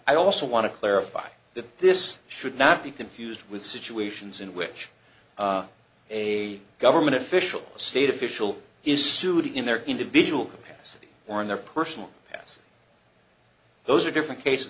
i also want to clarify that this should not be confused with situations in which a government official state official is sooty in their individual capacity or in their personal past those are different cases